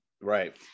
Right